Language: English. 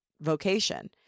vocation